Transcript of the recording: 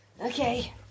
Okay